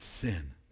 sin